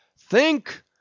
Think